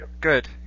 good